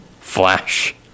flash